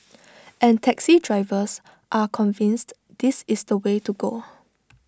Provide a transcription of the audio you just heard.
and taxi drivers are convinced this is the way to go